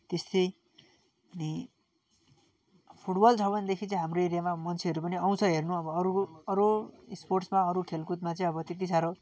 त्यस्तै अनि फुटबल छ भनेदेखि चाहिँ हाम्रो एरियामा मान्छेहरू पनि आउँछ हेर्नु अब अरूको अरू स्पोर्ट्समा अरू खेलकुदमा चाहिँ अब त्यति साह्रो